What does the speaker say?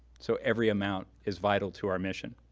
so every amount is vital to our mission.